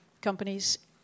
companies